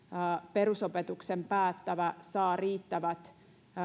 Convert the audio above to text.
perusopetuksen päättävä saa riittävät